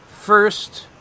first